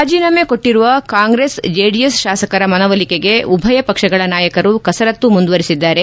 ರಾಜೀನಾಮೆ ಕೊಟ್ಟಿರುವ ಕಾಂಗ್ರೆಸ್ ಜೆಡಿಎಸ್ ಶಾಸಕರ ಮನವೊಲಿಕೆಗೆ ಉಭಯ ಪಕ್ಷಗಳ ನಾಯಕರು ಕೆಸರತ್ತು ಮುಂದುವರಿಸಿದ್ದಾರೆ